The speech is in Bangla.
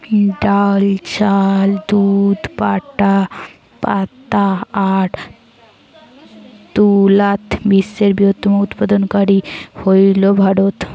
ডাইল, চাউল, দুধ, পাটা আর তুলাত বিশ্বের বৃহত্তম উৎপাদনকারী হইল ভারত